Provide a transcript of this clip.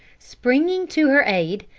springing to her aide,